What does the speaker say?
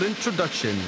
Introduction